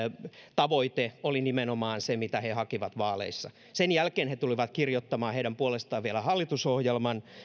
tavoite oli nimenomaan se mitä he hakivat vaaleissa sen jälkeen he tulivat kirjoittamaan heidän puolestaan vielä hallitusohjelman